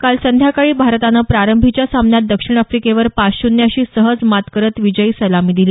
काल संध्याकाळी भारतानं प्रारंभीच्या सामन्यात दक्षिण आफ्रिकेवर पाच शून्य अशी सहज मात करत विजयी सलामी दिली